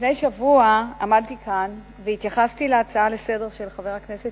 לפני שבוע עמדתי כאן והתייחסתי להצעה לסדר-היום של חבר הכנסת